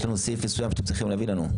יש סעיף מסוים שאתם צריכים להביא לנו.